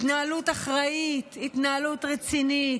התנהלות אחראית, התנהלות רצינית,